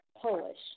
Polish